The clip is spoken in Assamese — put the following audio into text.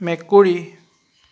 মেকুৰী